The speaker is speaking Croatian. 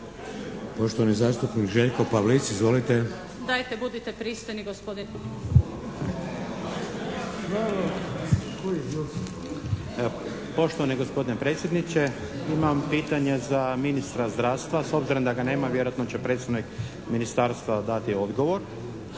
Poštovani zastupnik Željko Pavlic. Izvolite. … /Upadica: Dajte budite pristojni gospodine./ … **Pavlic, Željko (MDS)** Poštovani gospodine predsjedniče imam pitanja za ministra zdravstva. S obzirom da ga nema vjerojatno će predstavnik ministarstva dati odgovor.